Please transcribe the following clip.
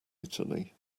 italy